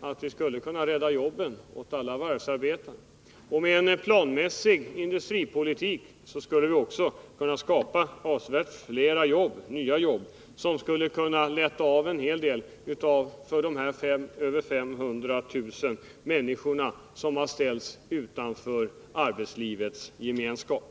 att vi kunde rädda jobben för alla varvsarbetare. Med en planmässig industripolitik skulle vi också kunna skapa avsevärt flera nya jobb, som skulle kunna hjälpa många av de 500 000 människor som har ställts utanför arbetslivets gemenskap.